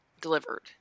delivered